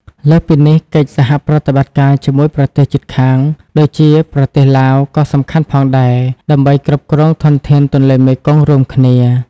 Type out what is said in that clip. លើសពីនេះ កិច្ចសហប្រតិបត្តិការជាមួយប្រទេសជិតខាង ដូចជាប្រទេសឡាវ ក៏សំខាន់ផងដែរ ដើម្បីគ្រប់គ្រងធនធានទន្លេមេគង្គរួមគ្នា។